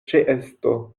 ĉeesto